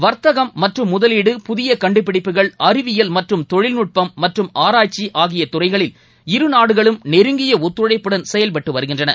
வர்த்தகம் மற்றும் முதவீடு புதியகண்டுபிடிப்புகள் அறிவியல் மற்றும் தொழிட்நுட்பம் மற்றும் ஆராய்ச்சிஆகியதுறைகளில் இரு நாடுகளும் நெருங்கியஒத்துழைப்புடன் செயல்பட்டுவருகின்றன